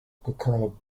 declared